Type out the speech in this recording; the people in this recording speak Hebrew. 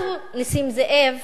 נסים זאב.